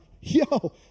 yo